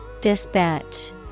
Dispatch